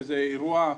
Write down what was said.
שזה אירוע,